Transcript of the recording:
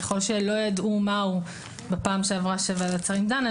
ככל שלא ידעו מה הוא בפעם שעברה כשוועדת שרים דנה,